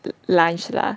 lunch lah